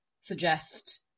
suggest